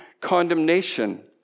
condemnation